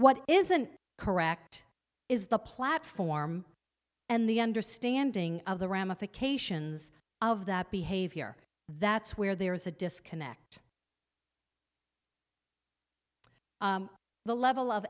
what isn't correct is the platform and the understanding of the ramifications of that behavior that's where there is a disconnect the level of